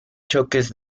choques